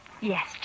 Yes